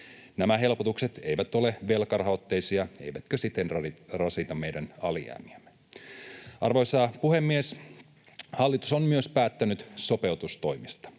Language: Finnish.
Nämä helpotukset eivät ole velkarahoitteisia eivätkä siten rasita meidän alijäämiämme. Arvoisa puhemies! Hallitus on päättänyt myös sopeutustoimista.